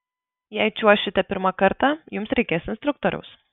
jei čiuošite pirmą kartą jums reikės instruktoriaus